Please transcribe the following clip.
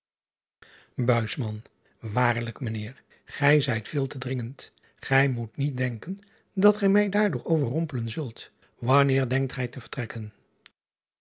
aarlijk ijnheer gij zijt veel te dringend ij moet niet denken dat gij mij daardoor overrompelen zult anneer denkt gij te vertrekken